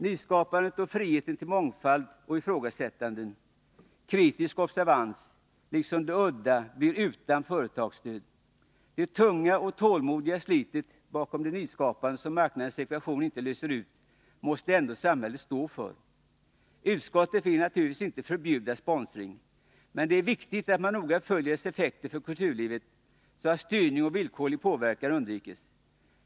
Nyskapandet, friheten till mångfald och ifrågasättande, kritisk observans, liksom det udda blir utan företagsstöd. Det tunga och tålmodiga slitet bakom det nyskapande som marknadens ekvation inte löser ut måste samhället ändå stå för. Utskottet vill naturligtvis inte förbjuda sponsring, men det är viktigt att man noga följer dess effekter på kulturlivet så att styrning och villkorlig påverkan undviks.